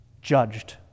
judged